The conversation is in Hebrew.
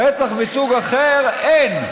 רצח מסוג אחר, אין.